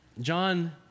John